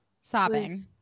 Sobbing